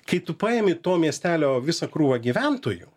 kai tu paimi to miestelio visą krūvą gyventojų